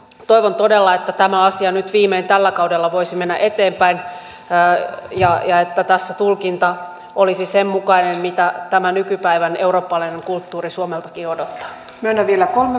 toivon todella että tämä asia nyt viimein tällä kaudella voisi mennä eteenpäin ja että tässä tulkinta olisi sen mukainen mitä tämä nykypäivän eurooppalainen kulttuuri suomeltakin odottaa